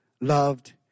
loved